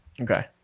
Okay